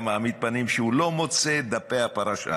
היה מעמיד פנים שהוא לא מוצא את דפי הפרשה